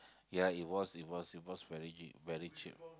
ya it was it was it was very u~ very cheap